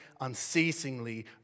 unceasingly